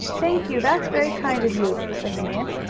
thank you that's very kind of you, said the man.